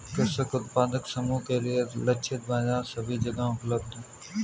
कृषक उत्पादक समूह के लिए लक्षित बाजार सभी जगह उपलब्ध है